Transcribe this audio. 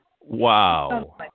Wow